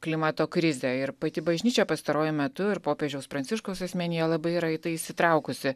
klimato krizę ir pati bažnyčia pastaruoju metu ir popiežiaus pranciškaus asmenyje labai yra į tai įsitraukusi